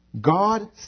God